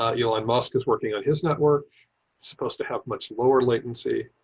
ah you'll and musk is working on his network supposed to have much lower latency.